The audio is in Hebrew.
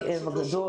והכאב הגדול